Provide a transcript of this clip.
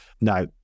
Now